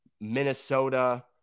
Minnesota